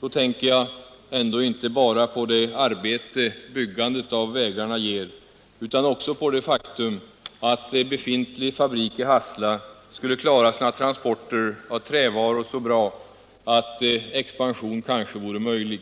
Då tänker jag ändå inte bara på det arbete byggandet av vägarna ger utan också på det faktum att befintlig fabrik i Hassela skulle klara sina transporter av trävaror så bra att en expansion kanske vore möjlig.